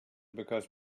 because